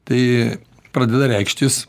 tai pradeda reikštis